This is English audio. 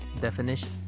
Definition